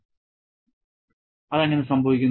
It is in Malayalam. അതെങ്ങനെ സംഭവിക്കുന്നു